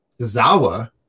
zawa